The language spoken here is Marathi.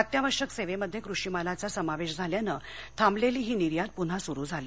अत्यावश्यक सेवेमध्ये कृषीमालाचा समावेश झाल्यानं थांबलेली ही निर्यात पुन्हा सुरु झाली